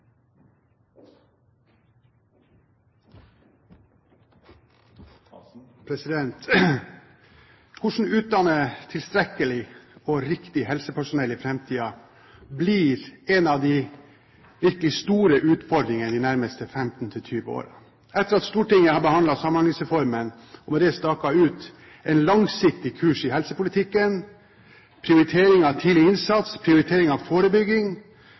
Hvordan en skal utdanne tilstrekkelig og riktig helsepersonell i framtiden, blir en av de virkelig store utfordringene de nærmeste 15–20 årene. Etter at Stortinget har behandlet Samhandlingsreformen og med det staket ut en langsiktig kurs i helsepolitikken, prioritering av tidlig innsats, prioritering av forebygging,